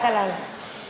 והחלל, חלל.